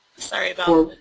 sorry about